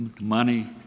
money